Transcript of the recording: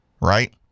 right